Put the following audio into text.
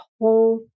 whole